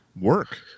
work